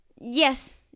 yes